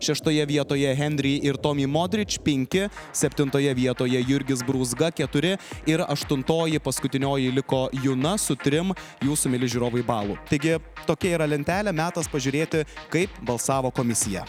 šeštoje vietoje henri ir tomi modrič penki septintoje vietoje jurgis brūzga keturi ir aštuntoji paskutinioji liko juna su trim jūsų mieli žiūrovai balų taigi tokia yra lentelė metas pažiūrėti kaip balsavo komisija